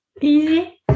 easy